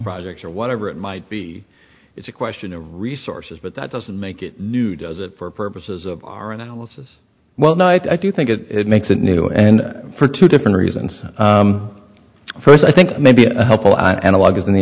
project or whatever it might be it's a question of resources but that doesn't make it new does it for purposes of our analysis well no i do think it makes it new and for two different reasons first i think maybe a helpful analog is in the